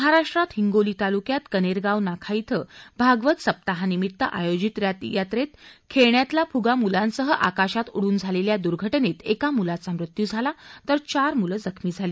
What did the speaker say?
महाराष्ट्रात हिंगोली तालुक्यात कनेरगाव नाका इथं भागवत सप्ताहानिमित्त आयोजित यात्रेत खेळण्यातला फुगा मुलांसह आकाशात उडून झालेल्या दुर्घटनेत एका मुलाचा मृत्यू झाला तर चार मुलं जखमी झाली